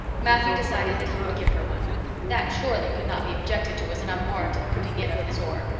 matthew decided that he would give her one that surely could not be objected to as an unwarranted putting in of his oar.